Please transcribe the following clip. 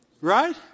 Right